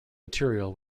material